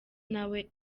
nawe